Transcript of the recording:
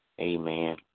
amen